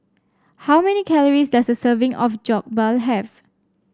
how many calories does a serving of Jokbal have